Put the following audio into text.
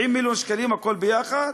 70 מיליון שקלים הכול ביחד?